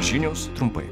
žinios trumpai